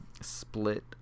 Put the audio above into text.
split